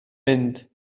mynd